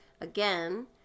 again